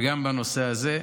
וגם בנושא הזה,